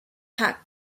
park